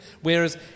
Whereas